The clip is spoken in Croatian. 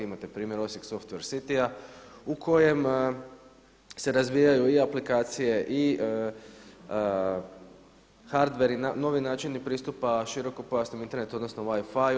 Imate primjer Osijek software citya u kojem se razvijaju i aplikacije i hardwarei, novi načini pristupa širokopojasnom internetu, odnosno WiFiu.